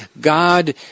God